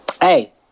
Hey